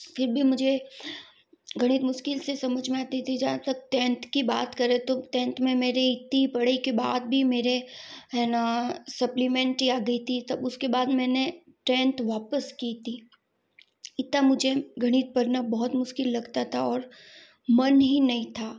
फिर भी मुझे गणित मुश्किल से समझ में आती थी जहाँ तक टेंथ की बात करें तो टेंथ में मेरी इतनी पढ़ाई के बाद भी मेरे है ना सप्प्लिमेंटरी आ गयी थी उसके बाद मैंने टेंथ वापस की थी इतना मुझे गणित पढ़ना बहुत मुश्किल लगता था और मन ही नहीं था